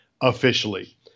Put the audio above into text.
officially